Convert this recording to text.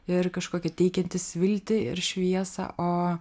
ir kažkokį teikiantis viltį ir šviesą o